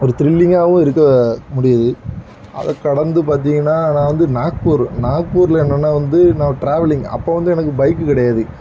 ஒரு த்ரில்லிங்காகவும் இருக்க முடியுது அதை கடந்து பார்த்திங்கன்னா நான் வந்து நாக்பூர் நாக்பூர்ல என்னன்னா வந்து நான் ட்ராவலிங் அப்போ வந்து எனக்கு பைக்கு கிடையாது